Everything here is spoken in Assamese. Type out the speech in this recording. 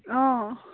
অঁ